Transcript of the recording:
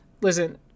listen